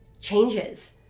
changes